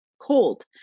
cold